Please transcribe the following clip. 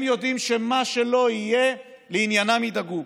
הם יודעים שמה שלא יהיה, לעניינם ידאגו.